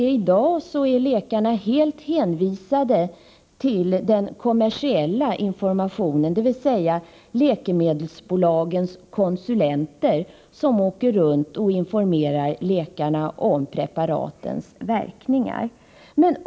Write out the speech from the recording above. I dag är läkarna helt hänvisade till den kommersiella informationen, dvs. genom läkemedelsbolagens konsulenter, som åker runt och informerar läkarna om preparatens verkningar.